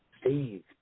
Steve